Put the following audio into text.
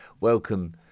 welcome